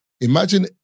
imagine